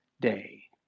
day